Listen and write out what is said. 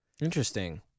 Interesting